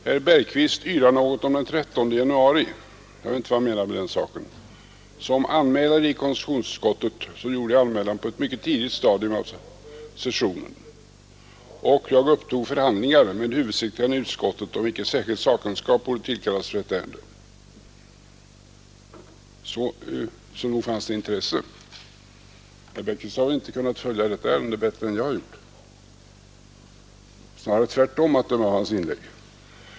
Herr talman! Herr Bergqvist yrar något om den 13 januari; jag vet inte vad han menar med den saken. Jag gjorde anmälan i konstitutionsutskottet på ett mycket tidigt stadium av sessionen, och jag upptog förhandlingar med huvudsekreteraren i utskottet om huruvida icke särskild sakkunskap borde tillkallas för detta ärende. Så nog fanns det intresse! Herr Bergqvist har väl inte kunna följa detta ärende bättre än jag har gjort — snarare tvärtom, att döma av hans inlägg.